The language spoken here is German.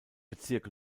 bezirk